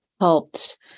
helped